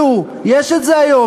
אל תתבלבלו, יש את זה היום.